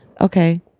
Okay